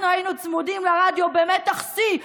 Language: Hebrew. אנחנו היינו צמודים לרדיו במתח שיא,